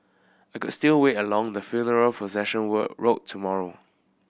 I can still wait along the funeral procession work route tomorrow